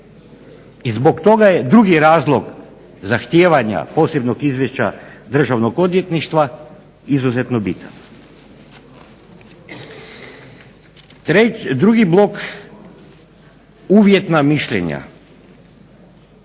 I zbog toga je drugi razlog zahtijevanja posebnog izvješća Državnog odvjetništva izuzetno bitan. Drugi blok uvjetna mišljenja.